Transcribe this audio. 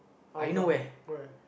Hougang where